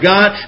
God